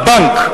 הבנק,